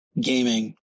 gaming